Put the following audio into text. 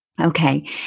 Okay